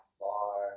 far